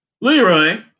Leroy